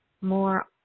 more